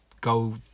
go